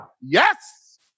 Yes